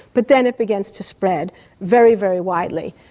but then it begins to spread very, very widely.